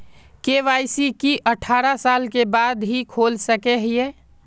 KYC की अठारह साल के बाद ही खोल सके हिये?